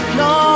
no